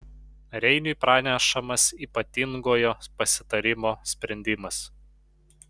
reiniui pranešamas ypatingojo pasitarimo sprendimas